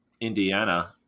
indiana